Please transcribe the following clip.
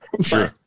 Sure